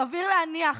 סביר להניח